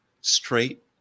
straight